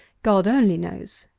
god only knows!